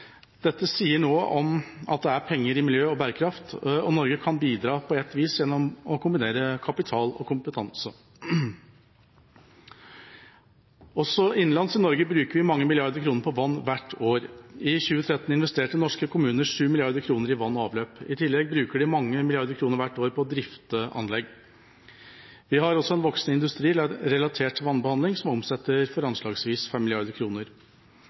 Dette sier noe om at det er penger i miljø og bærekraft, og Norge kan bidra på ett vis gjennom å kombinere kapital og kompetanse. Også innenlands i Norge bruker vi mange milliarder kroner på vann hvert år. I 2013 investerte norske kommuner 7 mrd. kr i vann og avløp. I tillegg bruker de mange milliarder kroner hvert år på å drifte anlegg. Vi har også en voksende industri relatert til vannbehandling, som omsetter for anslagsvis